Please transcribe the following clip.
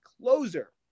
closer